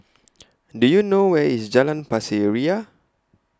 Do YOU know Where IS Jalan Pasir Ria